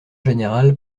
général